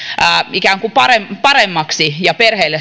ikään kuin paremmaksi paremmaksi ja perheille